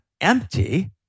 empty